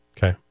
Okay